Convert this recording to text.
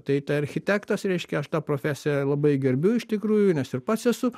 tai tai architektas reiškia aš tą profesiją labai gerbiu iš tikrųjų nes ir pats esu